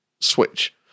switch